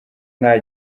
nta